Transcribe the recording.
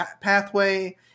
Pathway